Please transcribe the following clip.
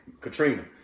Katrina